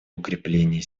укрепления